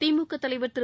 திமுக தலைவர் திரு